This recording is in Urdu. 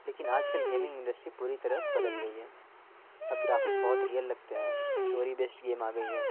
لیکن آج کل گیمنگ انڈسٹری پوری طرح بدل گئی ہے اب گرافکس بہت ریئل لگتے ہیں اسٹور ی بیسڈ گیم آ گئی ہے